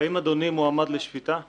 האם אדוני מועמד לשפיטה?